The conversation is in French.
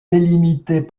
délimitées